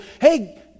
hey